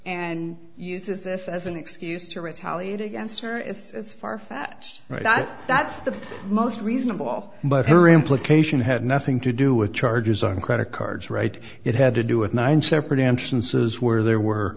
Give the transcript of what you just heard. and uses this as an excuse to retaliate against her it's far fetched that's the most reasonable but her implication had nothing to do with charges on credit cards right it had to do with nine separate instances where there were